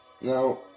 now